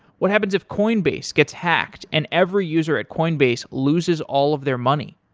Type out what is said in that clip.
what happens if coinbase gets hacked and every user at coinbase loses all of their money?